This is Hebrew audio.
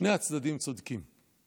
שני הצדדים צודקים.